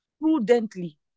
prudently